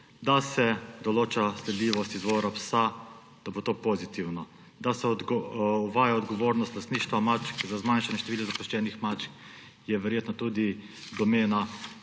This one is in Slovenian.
da se določa sledljivost izvora psa, pozitivno. Da se uvaja odgovornost lastništva mačk za zmanjšanje števila zapuščenih mačk, je verjetno tudi domena